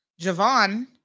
Javon